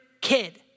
kid